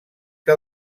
que